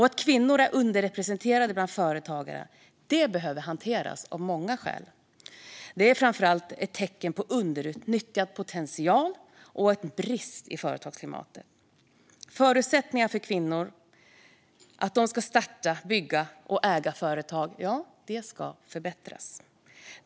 Att kvinnor är underrepresenterade bland företagare behöver hanteras av många skäl. Det är framför allt ett tecken på underutnyttjad potential och en brist i företagsklimatet. Förutsättningarna för att kvinnor ska starta, bygga och äga företag ska förbättras.